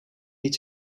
niet